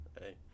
hey